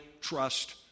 trust